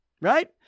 right